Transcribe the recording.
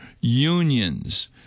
unions